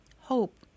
hope